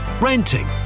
renting